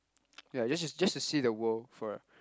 ya just to just to see the world for